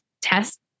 test